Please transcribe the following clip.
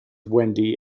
wendy